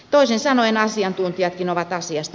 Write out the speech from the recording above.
toisin sanoen asiantuntijatkin ovat pääasiassa